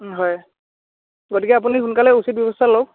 হয় গতিকে আপুনি সোনকালে উচিত ব্যৱস্থা লওক